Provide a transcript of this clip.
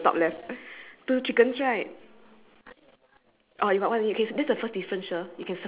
mine also farm eh I ask you ah on your top left do you have two ducks two chickens on the bush